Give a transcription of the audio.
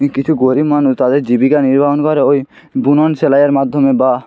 কিছু গরিব মানুষ তাদের জীবিকা নির্বাহ করে ওই বুনন সেলাইয়ের মাধ্যমে বা